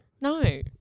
No